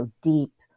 deep